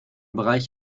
bereich